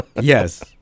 Yes